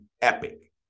epic